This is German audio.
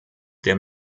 der